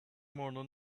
morning